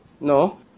No